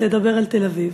לדבר על תל-אביב.